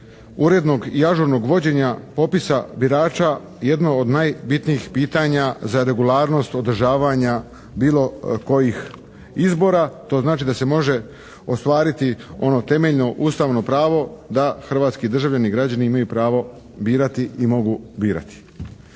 urednog i ažurnog vođenja popisa birača jedno od najbitnijih pitanja za regularnost održavanja bilo kojih izbora. To znači da se može ostvariti ono temeljno Ustavno pravo da hrvatski državljani i građani imaju pravo birati i mogu birati.